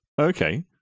Okay